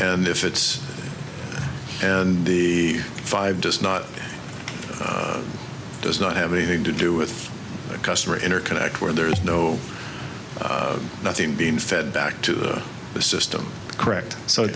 and if it's and the five does not does not have anything to do with customer interconnect where there is no nothing being fed back to the the system correct so